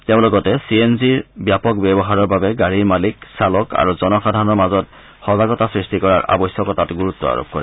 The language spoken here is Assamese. তেওঁ লগতে চি এন জিৰ ব্যাপক ব্যৱহাৰৰ বাবে গাড়ীৰ মালিক চালক আৰু জনসাধাৰণৰ মাজত সজাগতা সৃষ্টি কৰাৰ আৱশ্যকতাত গুৰুত্ব আৰোপ কৰে